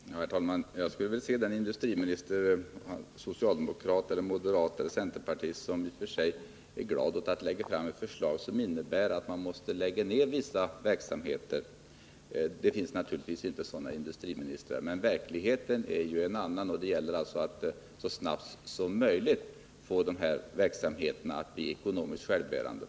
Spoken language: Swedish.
Herr talman! Jag skulle vilja se den industriminister — socialdemokrat, moderat eller centerpartist — som är glad åt att lägga fram förslag som innebär att man måste lägga ned vissa verksamheter. Det finns naturligtvis inte sådana industriministrar. Verkligheten är som den är, och det gäller att så snabbt som möjligt få verksamheterna att bli ekonomiskt självbärande.